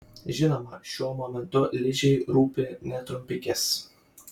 žinoma šiuo momentu ližei rūpi ne trumpikės